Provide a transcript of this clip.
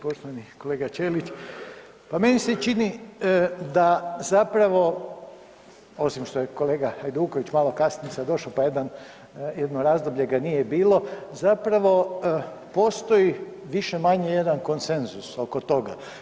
Poštovani kolega Ćelić, pa meni se čini da zapravo osim što je kolega Hajduković malo … [[ne razumije se]] došao, pa jedno razdoblje ga nije bilo zapravo postoji više-manje jedan konsenzus oko toga.